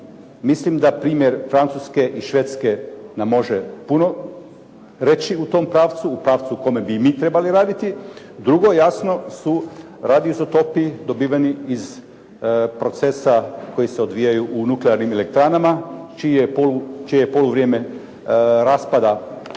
Mislim da primjer Francuske i Švedske nam može puno reći u tom pravcu, u pravcu u kome bi i mi trebali raditi. Drugo jasno su radioizotopi dobiveni iz procesa koji se odvijaju u nuklearnim elektrana čije je poluvrijeme raspada